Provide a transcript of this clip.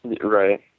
Right